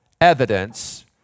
evidence